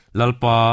lalpa